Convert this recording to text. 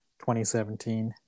2017